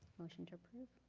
motion to approve?